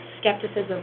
skepticism